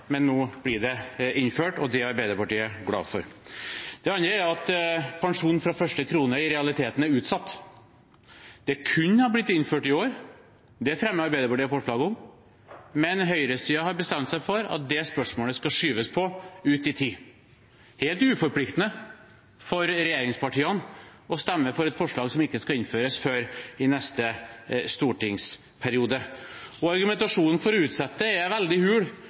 men nå blir det innført, og det er Arbeiderpartiet glad for. Det andre er at pensjon fra første krone i realiteten er utsatt. Det kunne ha blitt innført i år, det fremmet Arbeiderpartiet forslag om, men høyresiden har bestemt seg for at det spørsmålet skal skyves ut i tid. Det er helt uforpliktende for regjeringspartiene å stemme for et forslag som ikke skal innføres før i neste stortingsperiode. Argumentasjonen for å utsette det er veldig hul